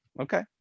okay